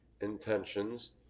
intentions